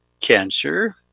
cancer